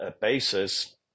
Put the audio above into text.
basis